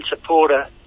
supporter